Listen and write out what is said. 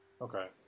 Okay